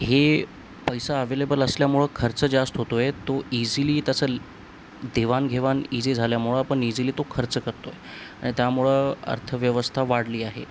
हे पैसा अवे्लेबल असल्यामुळं खर्च जास्त होतोय तो इझिली तसं ल देवाणघेवाण इझी झाल्यामुळं आपण इझिली तो खर्च करतोय आणि त्यामुळं अर्थव्यवस्था वाढली आहे